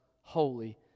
holy